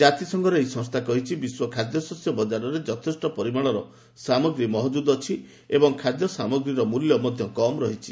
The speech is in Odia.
ଜାତିସଂଘର ଏହି ସଂସ୍ଥା କହିଛି ବିଶ୍ୱ ଖାଦ୍ୟଶସ୍ୟ ବଜାରରେ ଯଥେଷ୍ଟ ପରିମାଣର ସାମଗ୍ରୀ ମହକ୍ରୁଦ ଅଛି ଏବଂ ଖାଦ୍ୟସାମଗ୍ରୀର ମୂଲ୍ୟ ମଧ୍ୟ କମ୍ ରହିଛି